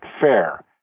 fair